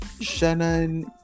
Shannon